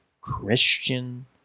Christian